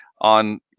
on